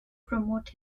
promote